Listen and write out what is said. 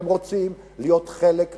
והם רוצים להיות חלק מאתנו,